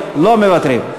לא מוותרים.